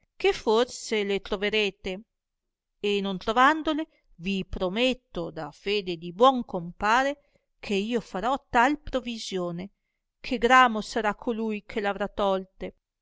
che forse le troverete e non trovandole vi prometto da fede di buon compare che io farò tal provisione che gramo sarà colui che l avrà tolte